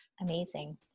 Amazing